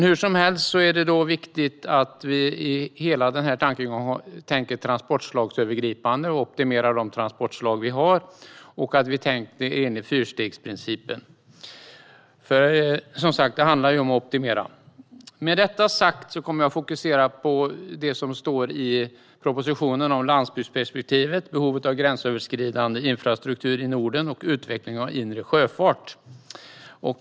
Hur som helst är det viktigt att vi tänker transportslagsövergripande, optimerar de transportslag vi har och tänker enligt fyrstegprincipen, för det handlar som sagt om att optimera. Med detta sagt kommer jag att fokusera på det som står i propositionen om landsbygdsperspektivet, behovet av gränsöverskridande infrastruktur i Norden och utvecklingen av inre sjöfart.